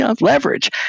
leverage